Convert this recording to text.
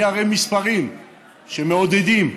אני אראה מספרים מעודדים,